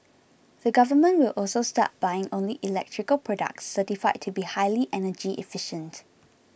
the Government will also start buying only electrical products certified to be highly energy efficient